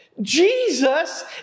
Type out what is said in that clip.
Jesus